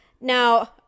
now